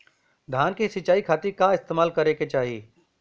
धान के सिंचाई खाती का इस्तेमाल करे के चाही?